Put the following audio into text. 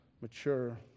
mature